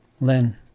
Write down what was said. Len